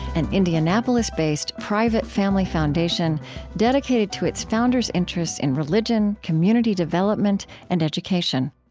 an indianapolis-based, private family foundation dedicated to its founders' interests in religion, community development, and education